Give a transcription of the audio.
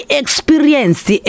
experienced